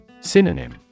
Synonym